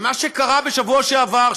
ומה שקרה בשבוע שעבר,